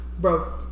bro